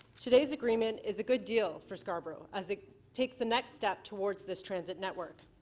today's agreement is a good deal for scarborough as it takes the next step towards this transit network.